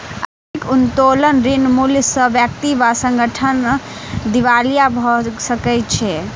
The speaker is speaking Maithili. अधिक उत्तोलन ऋण मूल्य सॅ व्यक्ति वा संगठन दिवालिया भ सकै छै